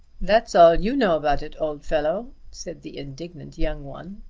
that's all you know about it, old fellow, said the indignant young one.